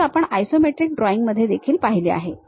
असेच आपण isometric drawing मध्ये देखील पाहिले आहे